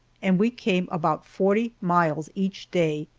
and we came about forty miles each day,